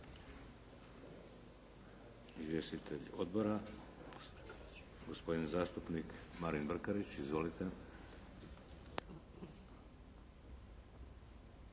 Izvjestitelji odbora, gospodin zastupnik Marin Brkarić. Izvolite.